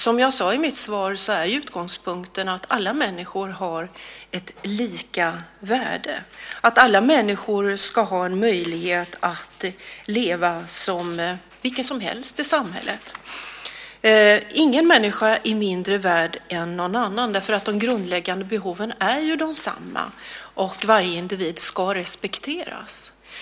Som jag sade i mitt svar är utgångspunkten att alla människor har lika värde, att alla människor ska ha en möjlighet att leva som vem som helst i samhället. Ingen människa är mindre värd än någon annan, därför att de grundläggande behoven är ju desamma, och varje individ ska respekteras.